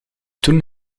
toen